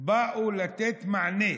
באו לתת מענה